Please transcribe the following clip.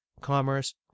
commerce